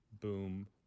boom